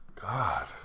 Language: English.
God